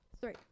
Three